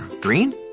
green